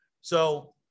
So-